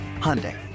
hyundai